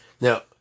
Now